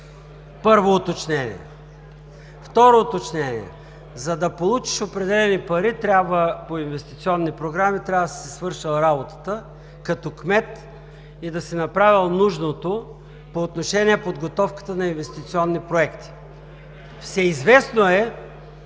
първо уточнение. Второ уточнение – за да получиш определени пари по инвестиционни програми, трябва да си си свършил работата като кмет и да си направил нужното по отношение подготовката на инвестиционни проекти. (Шум и реплики